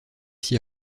s’y